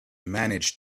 managed